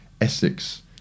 Essex